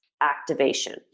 activation